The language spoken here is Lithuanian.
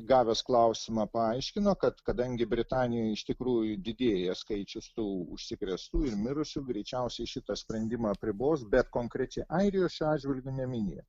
gavęs klausimą paaiškino kad kadangi britanijoj iš tikrųjų didėja skaičius tų užsikrėstų ir mirusių greičiausiai šitą sprendimą apribos bet konkrečiai airijos šiuo atžvilgiu neminėjo